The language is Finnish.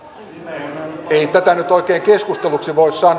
ei tätä nyt oikein keskusteluksi voi sanoa